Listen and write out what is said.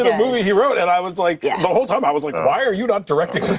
ah movie he wrote and i was like, yeah the whole time i was like, why are you not directing this?